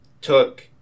took